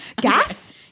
Gas